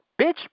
bitch